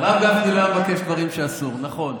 הרב גפני לא היה מבקש דברים שאסור, נכון.